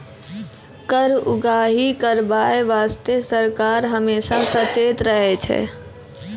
कर उगाही करबाय बासतें सरकार हमेसा सचेत रहै छै